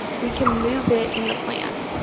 we can move it in the plan.